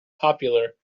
popular